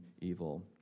evil